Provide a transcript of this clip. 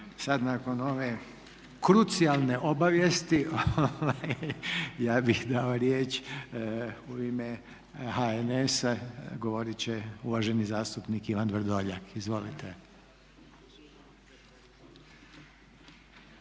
Sada nakon ove krucijalne obavijesti ja bih dao riječ u ime HNS-a govoriti će uvaženi zastupnik Ivan Vrdoljak. Izvolite.